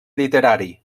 literari